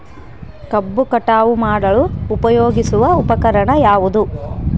ಕಬ್ಬು ಕಟಾವು ಮಾಡಲು ಉಪಯೋಗಿಸುವ ಉಪಕರಣ ಯಾವುದು?